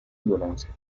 violencia